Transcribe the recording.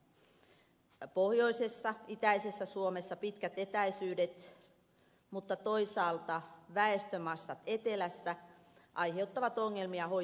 pohjoisessa ja itäisessä suomessa pitkät etäisyydet mutta toisaalta väestömassat etelässä aiheuttavat ongelmia hoitoon pääsyssä